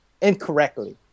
Incorrectly